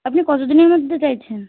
আপনি কতদিনের মধ্যে চাইছেন